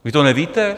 Vy to nevíte?